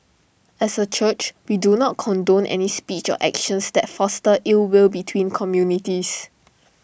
as A church we do not condone any speech or actions that foster ill will between communities